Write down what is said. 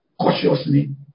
cautiously